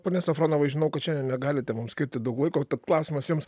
pone safronovai žinau kad šiandien negalite mums skirti daug laiko tad klausimas jums